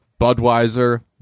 Budweiser